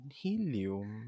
helium